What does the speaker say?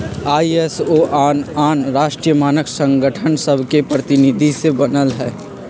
ISO आन आन राष्ट्रीय मानक संगठन सभके प्रतिनिधि से बनल हइ